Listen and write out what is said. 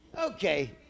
Okay